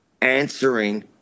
answering